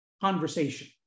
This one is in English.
conversation